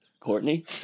Courtney